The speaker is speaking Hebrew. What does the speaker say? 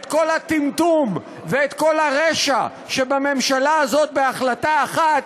את כל הטמטום ואת כל הרשע שבממשלה הזאת בהחלטה אחת,